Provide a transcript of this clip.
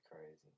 crazy